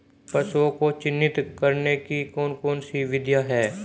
पशुओं को चिन्हित करने की कौन कौन सी विधियां हैं?